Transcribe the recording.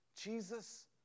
Jesus